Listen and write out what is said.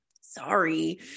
Sorry